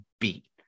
beat